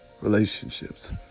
relationships